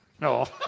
No